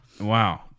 Wow